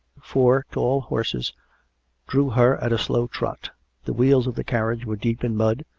four tall horses drew her at a slow trot the wheels of the carriage were deep in mud,